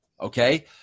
okay